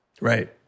Right